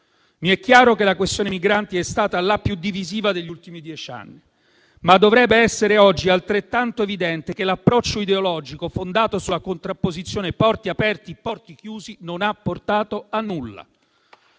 Mi è chiaro che la questione migranti è stata la più divisiva degli ultimi dieci anni, ma dovrebbe essere oggi altrettanto evidente che l'approccio ideologico fondato sulla contrapposizione porti aperti - porti chiusi non ha portato a nulla.